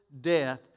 death